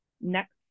next